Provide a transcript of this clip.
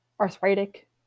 arthritic